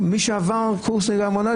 מי שעבר קורס נהיגה מונעת,